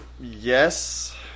yes